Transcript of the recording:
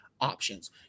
options